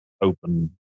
open